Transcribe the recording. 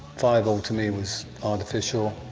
fireball to me was artificial,